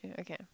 okay